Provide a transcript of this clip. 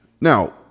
now